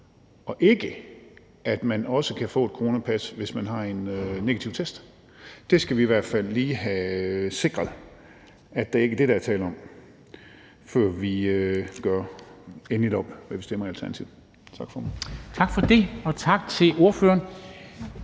og ikke, at man også kan få et coronapas, hvis man har en negativ test. Det skal vi i hvert fald lige have sikret ikke er det, der er tale om, før vi gør endeligt op, hvad vi stemmer i Alternativet. Tak, formand. Kl. 13:52 Formanden